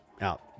out